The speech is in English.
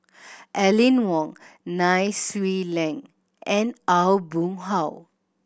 Aline Wong Nai Swee Leng and Aw Boon Haw